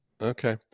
Okay